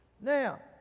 Now